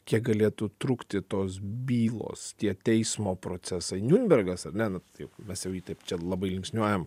kiek galėtų trukti tos bylos tie teismo procesai niunbergas ne nu taip mes jau jį taip čia labai linksniuojam